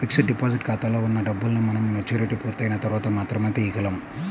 fixed deposit ఖాతాలో ఉన్న డబ్బుల్ని మనం మెచ్యూరిటీ పూర్తయిన తర్వాత మాత్రమే తీయగలం